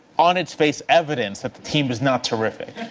on its face evidence that the team is not terrific.